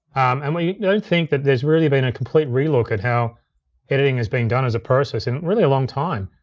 and we you know think that there's really been a complete re-look at how editing is being done as a process in really a long time.